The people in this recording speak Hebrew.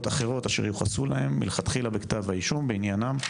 אחרות אשר יוחסו להם מלכתחילה בכתב האישום בעניינם,